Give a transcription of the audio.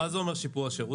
מה זה אומר "שיפור השירות"?